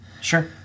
Sure